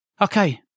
Okay